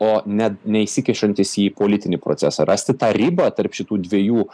o net neįsikišantys į politinį procesą rasti tą ribą tarp šitų dviejų